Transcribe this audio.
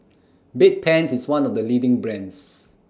Bedpans IS one of The leading brands